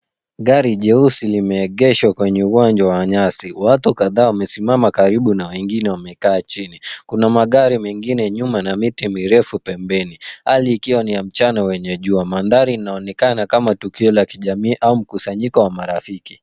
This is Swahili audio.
Gari jeusi limeegeshwa kwenye uwanja wa nyasi. Watu kadhaa wamesimama karibu na wengine wamekaa chini. Kuna magari mengine nyuma na miti mirefu pembeni. Hali ikiwa ni ya mchana wenye jua. Mandhari inaonekana kama tukio la kijamii ama mkusanyiko wa marafiki.